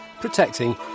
protecting